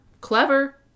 clever